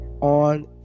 on